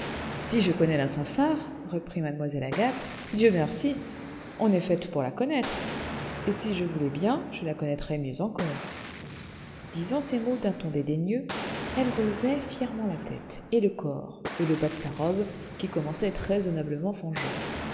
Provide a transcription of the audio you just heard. si je connais la saint phar reprit mademoiselle agathe dieu merci on est faite pour la connaître et si je voulais bien je la connaîtrais mieux encore disant ces mots d'un ton dédaigneux elle relevait fièrement la tête et le corps et le bas de sa robe qui commençait à être raisonnablement